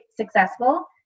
successful